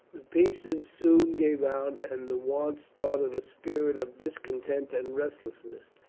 the pieces soon gave out, and the want started a spirit of discontent and restlessness.